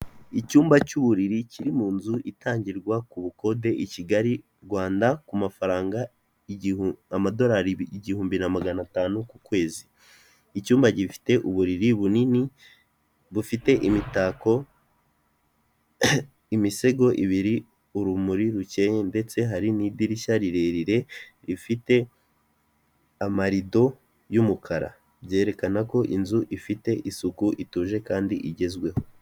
Icyumba cy'uburiri kiri mu nzu itangirwa ku bukode i Kigali Rwanda, ku mafaranga amadorari igihumbi na magana atanu ku kwezi, icyumba gifite uburiri bunini bufite imitako, imisego ibiri urumuri rukeye ndetse hari n'idirishya rirerire rifite amarido y'umukara, byerekana ko inzu ifite isuku ituje kandi igezweho.